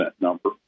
number